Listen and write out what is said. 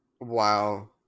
Wow